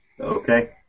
Okay